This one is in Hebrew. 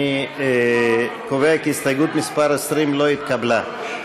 אני קובע כי הסתייגות מס' 20 לא התקבלה.